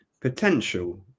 potential